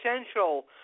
essential